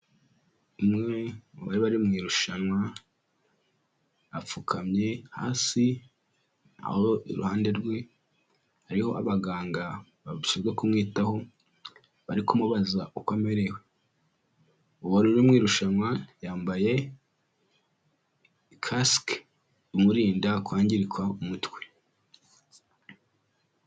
Umwe mu bari bari mu irushanwa apfukamye hasi, aho iruhande rwe hariho abaganga bashinzwe kumwitaho bari kumubaza uko amererewe, uwari uri mu irushanwa yambaye kasike imurinda kwangiririka umutwe.